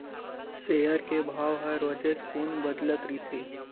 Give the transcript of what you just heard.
share के भाव ह रोजेच कुन बदलत रहिथे